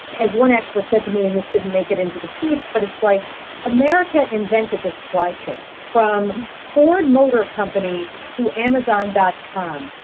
as one expert said to me, and this didn't make it into the piece, but it's like america invented the supply chain from ford motor company to amazon dot com.